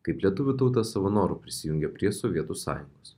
kaip lietuvių tauta savo noru prisijungė prie sovietų sąjungos